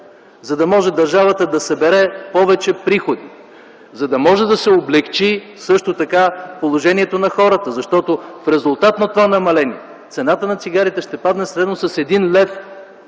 за да може държавата да събере повече приходи. За да може да се облекчи също така положението на хората, защото в резултат на това намаление цената на цигарите ще падне средно с 1,00 лв.